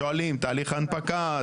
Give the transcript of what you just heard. שואלים תהליך הנפקה,